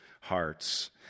hearts